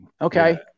Okay